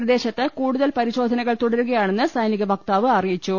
പ്രദേ ശത്ത് കൂടുതൽ പരിശോധനകൾ തുടരുകയാണെന്ന് സൈനിക വക്താവ് അറിയിച്ചു